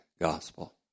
gospel